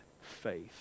faith